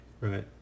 Right